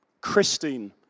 Christine